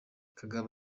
kagabo